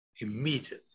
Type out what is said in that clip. Immediately